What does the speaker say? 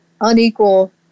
unequal